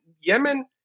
Yemen